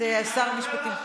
את שר המשפטים.